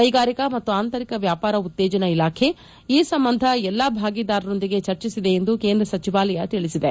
ಕ್ರೆಗಾರಿಕಾ ಮತ್ತು ಆಂಶರಿಕ ವ್ಯಾಪಾರ ಉತ್ತೇಜನ ಇಲಾಖೆ ಈ ಸಂಬಂಧ ಎಲ್ಲ ಭಾಗೀದಾರರೊಂದಿಗೆ ಚರ್ಚಿಸಿದೆ ಎಂದು ಕೇಂದ್ರ ಸಚಿವಾಲಯ ತಿಳಿಸಿದೆ